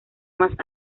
más